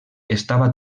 estava